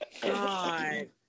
God